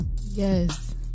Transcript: Yes